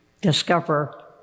discover